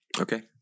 Okay